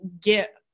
get